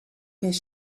his